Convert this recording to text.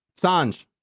Sanj